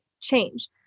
change